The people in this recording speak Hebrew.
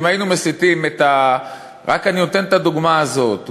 אם היינו מסיטים אני רק נותן את הדוגמה הזאת,